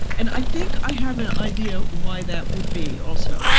and i think i have an idea why that would be. also,